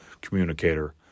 communicator